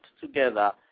together